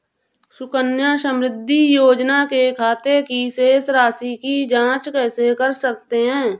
सुकन्या समृद्धि योजना के खाते की शेष राशि की जाँच कैसे कर सकते हैं?